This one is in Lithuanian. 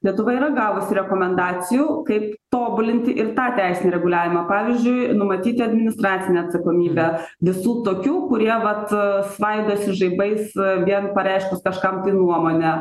lietuva yra gavusi rekomendacijų kaip tobulinti ir tą teisinį reguliavimą pavyzdžiui numatyti administracinę atsakomybę visų tokių kurie vat svaidosi žaibais vien pareiškus kažkam tai nuomonę